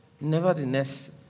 Nevertheless